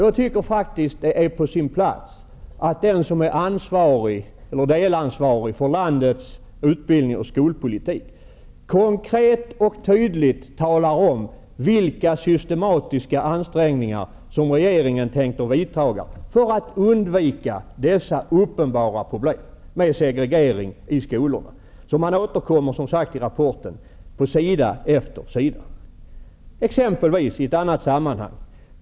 Jag tycker att det är på sin plats att den som är delansvarig för landets utbildnings och skolpolitik konkret och tydligt talar om vilka systematiska ansträngningar som regeringen tänker vidta för att undvika dessa uppenbara problem med segregering i skolorna. Man återkommer alltså till detta på sida efter sida i rapporten. Jag kan ta ett exempel.